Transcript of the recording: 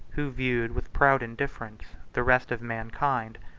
who viewed with proud indifference the rest of mankind,